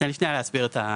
תן לי שנייה להסביר את החוק.